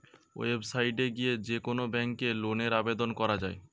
website এ গিয়ে যে কোন ব্যাংকে লোনের আবেদন করা যায়